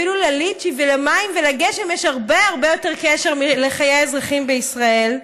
אפילו לליצ'י ולמים ולגשם יש הרבה הרבה יותר קשר לחיי האזרחים בישראל.